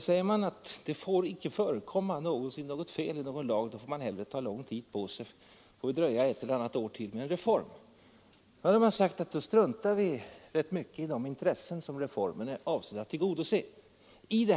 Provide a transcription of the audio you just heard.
Säger man att det får icke någonsin förekomma något fel i någon lag, utan då får det hellre dröja ett eller annat år till med en reform, så struntar man rätt mycket i de intressen som reformen är avsedd att tillgodose.